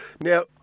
now